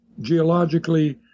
geologically